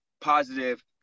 positive